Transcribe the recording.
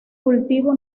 cultivo